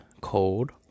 cold